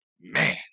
man